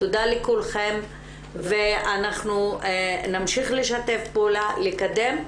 תודה לכולכן ואנחנו נמשיך לשתף פעולה ולקדם.